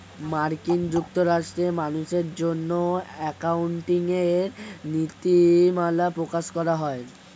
মার্কিন যুক্তরাষ্ট্রে মানুষের জন্য অ্যাকাউন্টিং এর নীতিমালা প্রকাশ করা হয়